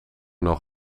nog